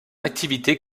activité